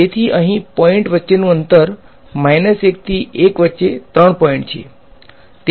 તેથી અહીં પોઈન્ટ વચ્ચેનું અંતર 1 થી 1 વચ્ચે 3 પોઈન્ટ છે